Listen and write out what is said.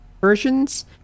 versions